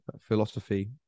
philosophy